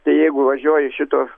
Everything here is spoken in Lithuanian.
tai jeigu važiuoju šito